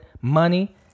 Money